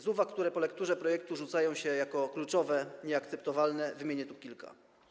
Z uwag, które po lekturze projektu narzucają się jako kluczowe, nieakceptowalne, wymienię tu kilka.